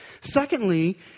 Secondly